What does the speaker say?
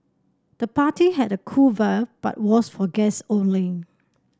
the party had a cool vibe but was for guests only